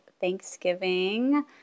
Thanksgiving